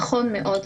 נכון מאוד,